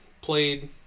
played